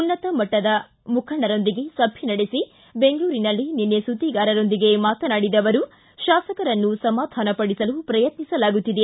ಉನ್ನತಮಟ್ಟದ ಮುಖಂಡರೊಂದಿಗೆ ಸಭೆ ನಡೆಸಿ ಬೆಂಗಳೂರಿನಲ್ಲಿ ನಿನ್ನೆ ಸುದ್ದಿಗಾರರೊಂದಿಗೆ ಮಾತನಾಡಿದ ಅವರು ಶಾಸಕರನ್ನು ಸಮಾಧಾನಪಡಿಸಲು ಪ್ರಯತ್ನಿಸಲಾಗುತ್ತಿದೆ